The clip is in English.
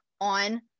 on